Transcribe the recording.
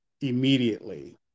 immediately